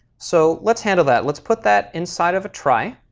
so let's handle that. let's put that inside of a try